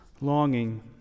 longing